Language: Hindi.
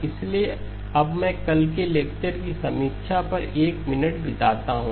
इसलिए अब मैं कल के लेक्चर की समीक्षा पर एक मिनट बिताता हूँ